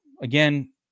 Again